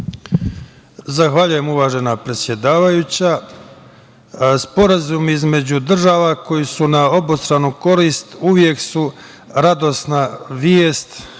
Zahvaljujem, uvažena predsedavajuća. Sporazumi između država koji su na obostranu korist uvek su radosna vest